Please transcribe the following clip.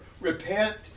repent